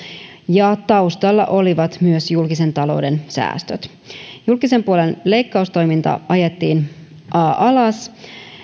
ja taustalla olivat myös julkisen talouden säästöt julkisen puolen leikkaustoiminta ajettiin alas